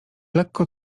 lekko